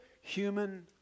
human